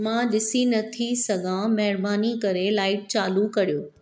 मां ॾिसी नथी सघां महिरबानी करे लाइट चालू कयो